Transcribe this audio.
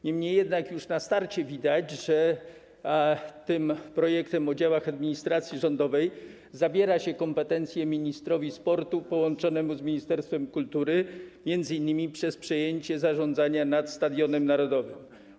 Niemniej jednak już na starcie widać, że tym projektem ustawy o zmianie ustawy o działach administracji rządowej zabiera się kompetencje ministrowi sportu połączonemu z ministerstwem kultury m.in. przez przejęcie zarządzania nad Stadionem Narodowym.